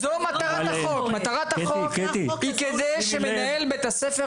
זוהי מטרת החוק; החוק נועד כדי שמנהל בית הספר